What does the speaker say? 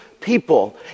people